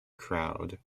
crowd